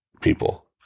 people